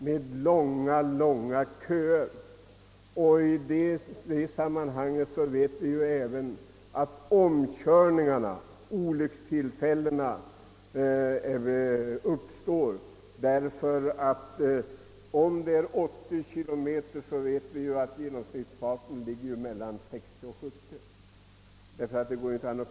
Olyckstillfällena i sådana situationer uppkommer i samband med omkörningarna. När hastigheten är begränsad till 80 kilometer blir som bekant genomsnittsfarten 60— 70 kilometer.